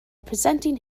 presenting